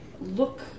look